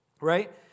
right